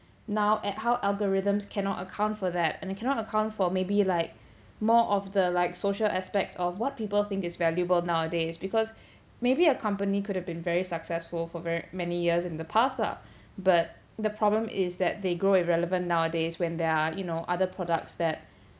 now at how algorithms cannot account for that and it cannot account for maybe like more of the like social aspect of what people think is valuable nowadays because maybe a company could have been very successful for ver~ many years in the past lah but the problem is that they grow irrelevant nowadays when there are you know other products that